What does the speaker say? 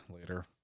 later